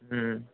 ம்ம்